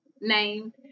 name